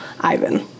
Ivan